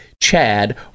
Chad